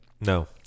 no